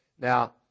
Now